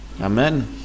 Amen